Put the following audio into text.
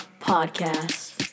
Podcast